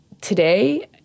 today